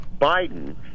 Biden